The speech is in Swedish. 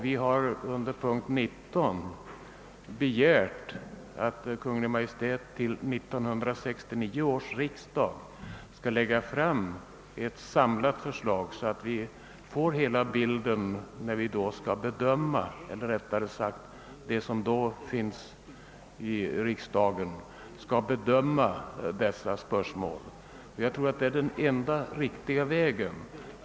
Under punkt 19 har vi begärt att Kungl. Maj:t till 1969 års riksdag skall lägga fram ett samlat förslag, så att vi får hela bilden när vi — eller rättare sagt de som då finns i riksdagen — skall bedöma dessa spörsmål. Jag tror att det är den enda riktiga vägen.